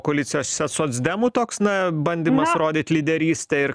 koalicijose socdemų toks na bandymas rodyt lyderystę ir